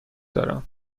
دارم